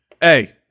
Hey